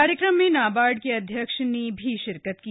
कार्यक्रम में नाबार्ड के अध्यक्ष ने भी शिरकत की